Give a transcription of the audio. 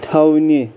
تھاوٕنۍ